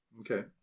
Okay